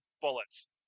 bullets